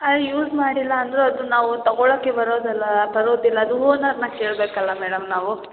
ಆ ಯೂಸ್ ಮಾಡಿಲ್ಲ ಅಂದರು ಅದು ನಾವು ತಗೋಳೋಕ್ಕೆ ಬರೋದಲ್ಲ ಬರೋದಿಲ್ಲ ಅದು ಓನರ್ನ ಕೇಳಬೇಕಲ್ಲ ಮೇಡಮ್ ನಾವು